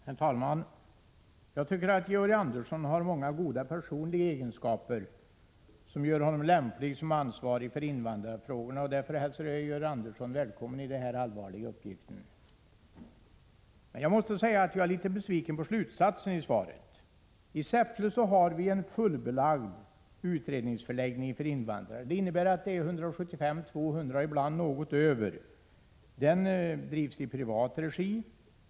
Herr talman! Jag tycker att Georg Andersson har många goda personliga egenskaper som gör honom lämplig som ansvarig för invandrarfrågor, och därför hälsar jag Georg Andersson välkommen till denna allvarliga uppgift. Men jag måste säga att jag är litet besviken över slutsatsen i svaret. I Säffle har vi en fullbelagd utredningsförläggning för invandrare. Det innebär att där vistas 175-200 personer, ibland något fler. Den förläggningen drivs i privat regi.